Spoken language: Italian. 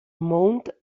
mount